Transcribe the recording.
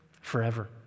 forever